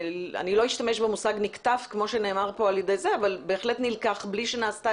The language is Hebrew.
אני לא אשתמש במושג נקטף כמו שנאמר כאן נלקח בלי שנעשתה